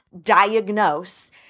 diagnose